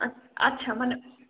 আচ্ছা মানে